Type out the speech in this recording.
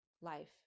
life